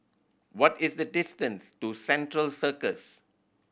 what is the distance to Central Circus